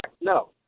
No